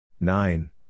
Nine